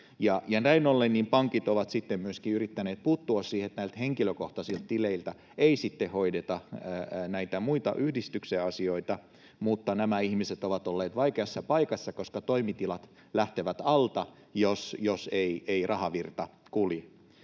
näin ollen pankit ovat sitten myöskin yrittäneet puuttua niin, että näiltä henkilökohtaisilta tileiltä ei hoideta näitä muita, yhdistyksen asioita, mutta nämä ihmiset ovat olleet vaikeassa paikassa, koska toimitilat lähtevät alta, jos ei rahavirta kulje.